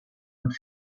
und